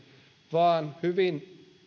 vaan